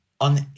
on